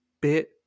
bit